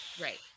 right